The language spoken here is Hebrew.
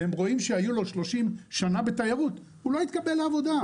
והם רואים שהיו לו 30 שנה בתיירות הוא לא יתקבל לעבודה.